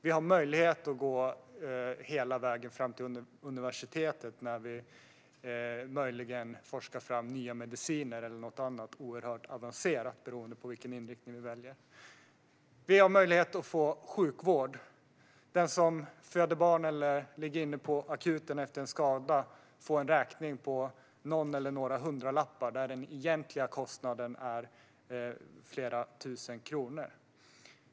Vi har möjlighet att gå hela vägen fram till universitetet, där vi möjligen forskar fram nya mediciner eller något annat oerhört avancerat, beroende på vilken inriktning vi väljer. Vi har möjlighet att få sjukvård. Den som föder barn eller ligger på akuten efter en skada får en räkning på någon eller några hundralappar, fast den egentliga kostnaden är flera tusen kronor.